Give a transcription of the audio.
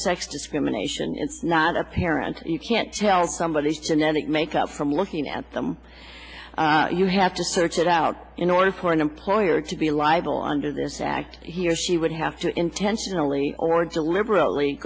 sex discrimination it's not apparent you can't tell somebody kinetic makeup from looking at them you have to search it out in order for an employer to be liable under this act he or she would have to intentionally or deliberately